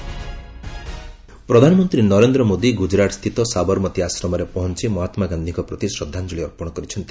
ଆଜାଦି କା ଅମୃତ ମହୋହବ ପ୍ରଧାନମନ୍ତ୍ରୀ ନରେନ୍ଦ୍ର ମୋଦି ଗୁଜୁରାଟ୍ ସ୍ଥିତ ସାବରମତୀ ଆଶ୍ରମରେ ପହଞ୍ଚ ମହାତ୍ମାଗାନ୍ଧିଙ୍କ ପ୍ରତି ଶ୍ରଦ୍ଧାଞ୍ଜଳି ଅର୍ପଣ କରିଛନ୍ତି